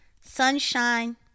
sunshine